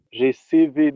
received